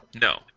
No